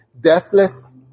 deathless